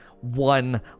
one